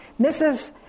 Mrs